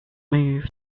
moved